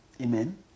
Amen